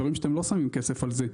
דברים שאתם לא שמים כסף על זה.